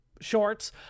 shorts